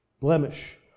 blemish